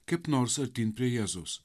kaip nors artyn prie jėzus